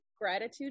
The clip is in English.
gratitude